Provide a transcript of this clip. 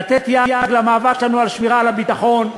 לתת יד למאבק שלנו על שמירה על הביטחון.